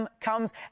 comes